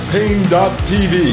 Pain.tv